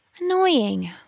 Annoying